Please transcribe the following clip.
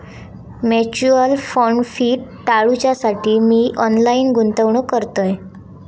mutual fund fee टाळूच्यासाठी मी online गुंतवणूक करतय